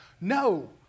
No